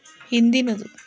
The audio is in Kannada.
ಹಿಂದಿನದು